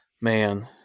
man